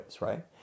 right